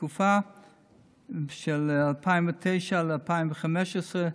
בתקופה של 2009 2015,